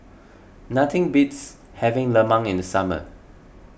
nothing beats having lemang in the summer